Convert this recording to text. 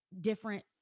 different